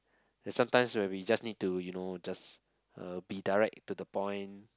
then sometimes when we just need to you know just uh be direct to the point